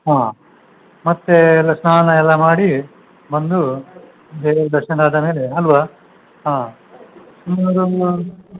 ಹಾಂ ಮತ್ತು ಎಲ್ಲ ಸ್ನಾನ ಎಲ್ಲ ಮಾಡಿ ಬಂದು ದೇವ್ರ ದರ್ಶನ ಆದ ಮೇಲೆ ಅಲ್ಲವಾ ಹಾಂ